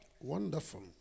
Wonderful